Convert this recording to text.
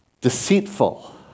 deceitful